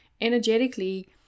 energetically